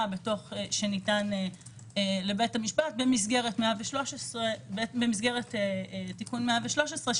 שניתן לבית המשפט במסגרת תיקון מס' 113,